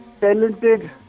talented